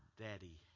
daddy